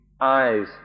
eyes